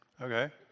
okay